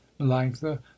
melanctha